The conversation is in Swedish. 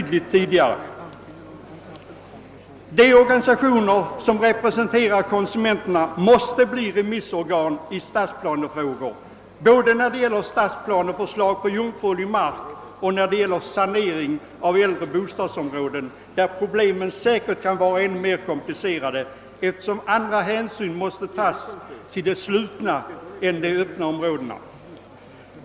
De organisationer som representerar konsumenterna måste bli remissorgan i stadsplanefrågor både när det gäller stadsplaneförslag på jungfrulig mark och när det gäller sanering av äldre bostadsområden där problemen säkert kan vara ännu mer komplicerade, eftersom andra hänsyn måste tagas till de slutna än till de öppna områdena.